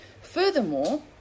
Furthermore